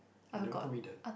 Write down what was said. you never told me that